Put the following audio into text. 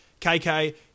KK